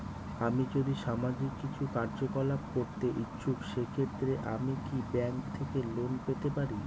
আমি যদি সামাজিক কিছু কার্যকলাপ করতে ইচ্ছুক সেক্ষেত্রে আমি কি ব্যাংক থেকে লোন পেতে পারি?